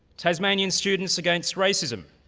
tasmanian students against racism,